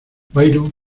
byron